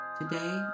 today